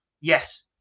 Yes